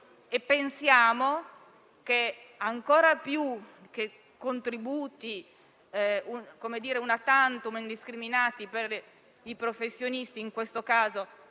Pensiamo che ancor più che contributi *una tantum* indiscriminati per i professionisti, in questo caso